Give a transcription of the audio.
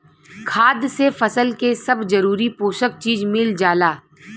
खाद से फसल के सब जरूरी पोषक चीज मिल जाला